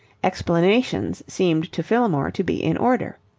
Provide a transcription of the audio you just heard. explanations seemed to fillmore to be in order.